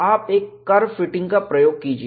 आप एक curve fitting का प्रयोग कीजिए